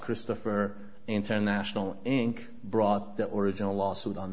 christopher international inc brought the origin lawsuit on